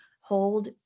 hold